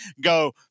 go